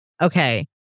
okay